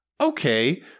Okay